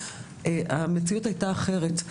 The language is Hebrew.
המציאות הייתה אחרת.